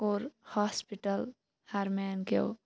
کوٚر ہاسپٹَل ہرمین کیٚو